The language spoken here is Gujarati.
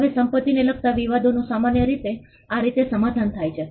હવે સંપત્તિને લગતા વિવાદોનુ સામાન્ય રીતે આ રીતે સમાધાન થાય છે